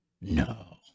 No